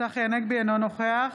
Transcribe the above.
אינו נוכח